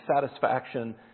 satisfaction